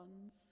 ones